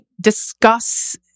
discuss